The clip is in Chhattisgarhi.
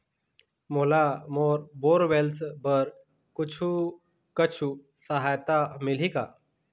मोला बोर बोरवेल्स बर कुछू कछु सहायता मिलही का?